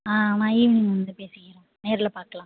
ஆ ஆமாம் ஈவினிங் வந்து பேசிக்கிறேன் நேரில் பார்க்கலான்